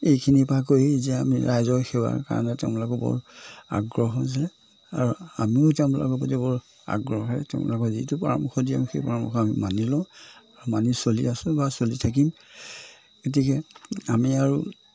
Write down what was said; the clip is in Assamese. এইখিনিৰ পৰা কৰি যে আমি ৰাইজৰ সেৱাৰ কাৰণে তেওঁলোকৰ বৰ আগ্ৰহ হৈছে আৰু আমিও জানো তেওঁলোকৰ যে বৰ আগ্ৰহে তেওঁলোকৰ যিটো পৰামৰ্শ দিম সেই পৰামৰ্শ আমি মানি লওঁ মানি চলি আছোঁ বা চলি থাকিম গতিকে আমি আৰু